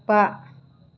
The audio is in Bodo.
बा